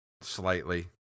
slightly